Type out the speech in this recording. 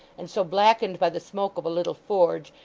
and so blackened by the smoke of a little forge,